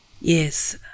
Yes